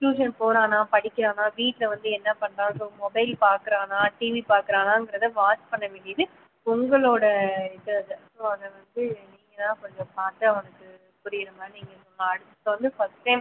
tuition போறானா படிக்கிறானா வீட்டில் வந்து என்ன பண்ணுறான் ஸோ மொபைல் பார்க்குறானா டிவி பார்க்குறானாங்குறத வாட்ச் பண்ண வேண்டியது உங்களோடய இது அது ஸோ அதை வந்து நீங்கள்தான் கொஞ்சம் பார்த்து அவனுக்கு புரிகிற மாதிரி நீங்கள் வந்து ஃபஸ்ட் டைம்